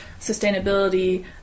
sustainability